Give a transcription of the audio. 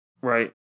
Right